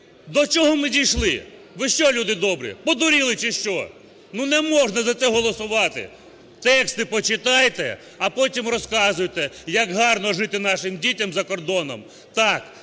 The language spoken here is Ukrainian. До чого ми дійшли? Ви що, люди добрі, подуріли чи що? Ну не можна за це голосувати. Тексти почитайте, а потім розказуйте, як гарно жити нашим дітям за кордоном.